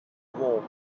warm